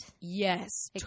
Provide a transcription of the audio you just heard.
yes